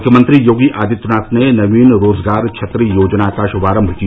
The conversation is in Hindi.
मुख्यमंत्री योगी आदित्यनाथ ने नवीन रोजगार छतरी योजना का श्भारम्भ किया